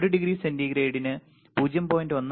ഒരു ഡിഗ്രി സെന്റിഗ്രേഡിന് 0